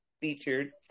featured